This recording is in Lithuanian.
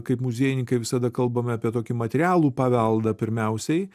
kaip muziejininkai visada kalbame apie tokį materialų paveldą pirmiausiai